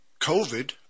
COVID